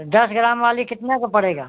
दस ग्राम वाली कितना के पड़ेगा